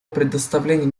предоставлении